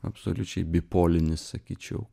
absoliučiai bipolinis sakyčiau